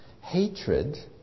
hatred